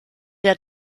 der